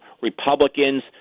Republicans